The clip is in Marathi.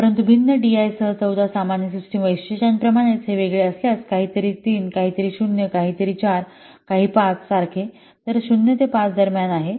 परंतु भिन्न डीआय सह 14 सामान्य सिस्टम वैशिष्ट्यांप्रमाणेच हे वेगळे असल्यास काहीतरी 3 काहीतरी 0 काहीतरी 4 आणि काहीतरी 5 सारखे तर ते 0 ते 5 दरम्यान आहे